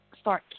start